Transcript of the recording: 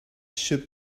should